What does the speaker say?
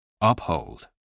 Uphold